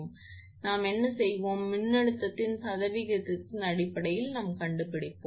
எனவே நாம் என்ன செய்வோம் மின்னழுத்தத்தின் சதவீதத்தின் அடிப்படையில் நாம் கண்டுபிடிப்போம்